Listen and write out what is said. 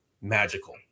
magical